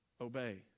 obey